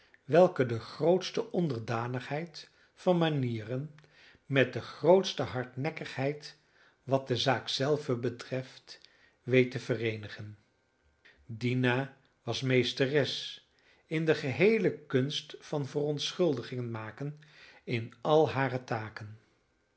welke de grootste onderdanigheid van manieren met de grootste hardnekkigheid wat de zaak zelve betreft weet te vereenigen dina was meesteres in de geheele kunst van verontschuldigingen maken in al hare takken